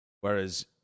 Whereas